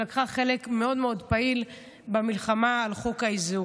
היא לקחה חלק מאוד מאוד פעיל במלחמה על חוק האיזוק.